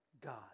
God